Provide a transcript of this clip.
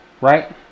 Right